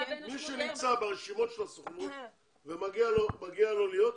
מי שנמצא ברשימות של הסוכנות ומגיע לו להיות,